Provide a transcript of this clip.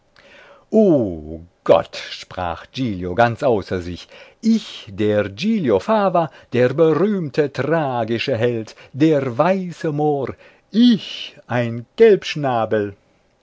o gott sprach giglio ganz außer sich ich der giglio fava der berühmte tragische held der weiße mohr ich ein gelbschnabel